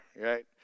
right